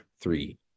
three